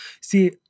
see